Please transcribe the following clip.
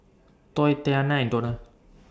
Toy Tatyanna and Donnell